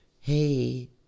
hey